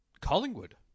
Collingwood